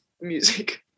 music